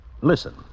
Listen